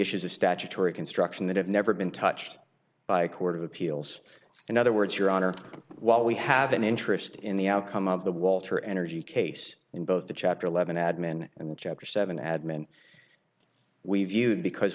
issues of statutory construction that have never been touched by a court of appeals in other words your honor what we have an interest in the outcome of the walter energy case in both the chapter eleven admin and chapter seven admin we viewed because